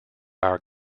our